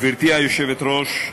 גברתי היושבת-ראש,